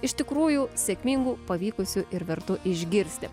iš tikrųjų sėkmingu pavykusiu ir vertu išgirsti